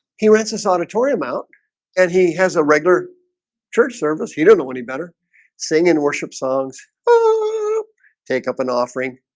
he rents this auditorium out and he has a regular church service you don't know any better sing in worship songs take up an offering